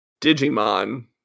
Digimon